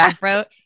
wrote